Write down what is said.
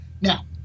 Now